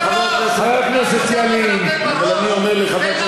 אבל אתה יודע מה זה לתת